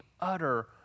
utter